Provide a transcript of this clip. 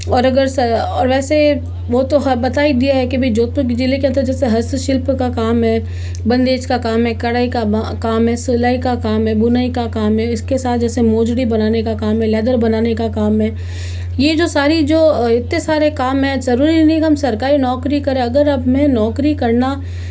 और अगर सा और वैसे वो तो है बता ही दिया है के अभी जोधपुर ज़िले के अंदर जैसे हस्तशिल्प का काम है बंदेज का काम है कढ़ाई का काम है सिलाई का काम है बुनाई का काम है इसके साथ जैसे मोजड़ी बनाने का काम है लेधर बनाने का काम है ये जो सारी जो इतने सारे काम है ज़रूरी नहीं कि हम सरकारी नौकरी करे अगर अब मैं नौकरी करना